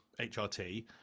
HRT